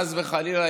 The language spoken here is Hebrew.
חס וחלילה,